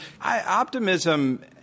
Optimism